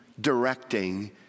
directing